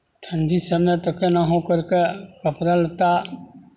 ठण्ढी समय तऽ केनाहु करि कऽ कपड़ा लत्ता